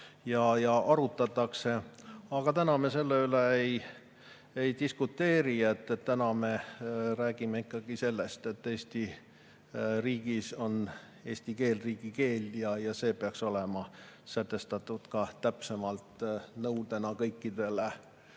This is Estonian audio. ja arutatakse. Aga täna me selle üle ei diskuteeri. Täna me räägime ikkagi sellest, et Eesti riigis on eesti keel riigikeel ja see peaks olema sätestatud ka täpsemalt nõudena kõikidele